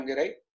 right